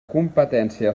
competència